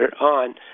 On